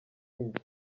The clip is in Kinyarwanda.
njye